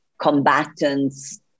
combatants